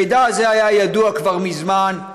המידע הזה היה ידוע כבר מזמן,